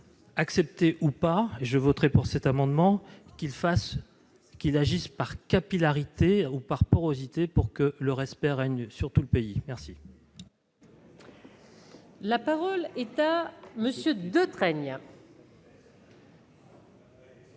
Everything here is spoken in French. accepté ou pas, je voterai pour cet amendement qu'il fasse, qu'il agisse par capillarité ou par porosité pour que le respect règne sur tout le pays, merci. La parole est à Monsieur Detraigne.